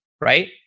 Right